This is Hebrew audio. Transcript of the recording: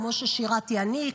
כמו ששירתי אני,